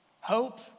Hope